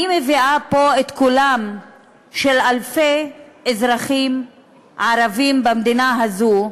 אני מביאה פה את קולם של אלפי אזרחים ערבים במדינה הזו,